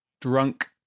drunk